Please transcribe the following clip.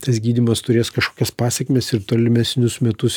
tas gydymas turės kažkokias pasekmes ir tolimesnius metus